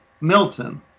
Milton